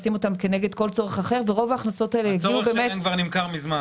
לשים אותן כנגד כל צורך אחר --- הצורך שלהן כבר נמכר מזמן.